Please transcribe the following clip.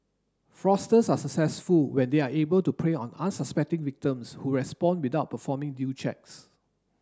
fraudsters are successful when they are able to prey on unsuspecting victims who respond without performing due checks